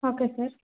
okay sir